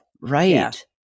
Right